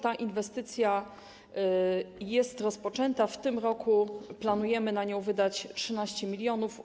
Ta inwestycja jest rozpoczęta, w tym roku planujemy na nią wydać 13 mln.